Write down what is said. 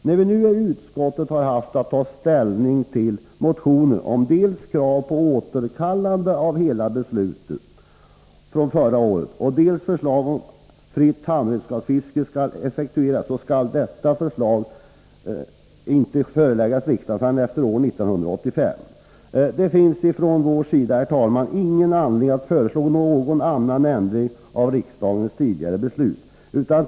När vi nu i utskottet haft att ta ställning till motioner med krav på dels återkallande av hela riksdagsbeslutet från förra året, dels att om förslaget om fritt handredskapsfiske skall effektueras så skall förslag därom inte föreläggas riksdagen förrän efter år 1985, finns det inte någon anledning att från vår sida föreslå någon ändring av riksdagens tidigare beslut.